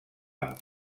amb